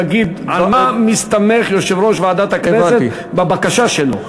לומר על מה מסתמך יושב-ראש ועדת הכנסת בבקשה שלו.